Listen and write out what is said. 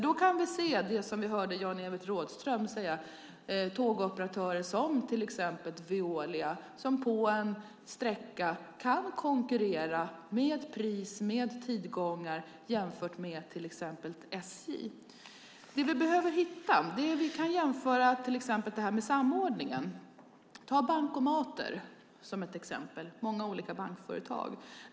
Då kan vi se det som vi hörde Jan-Evert Rådhström tala om, med tågoperatörer som Veolia som på en sträcka kan konkurrera genom pris och avgångar med till exempel SJ. Vi kan jämföra med samordningen av bankomater som ett exempel. Det finns många olika bankföretag.